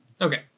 Okay